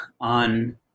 on